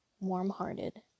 warm-hearted